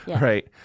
right